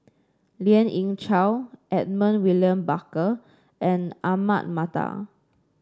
Lien Ying Chow Edmund William Barker and Ahmad Mattar